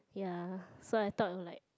ya so I thought like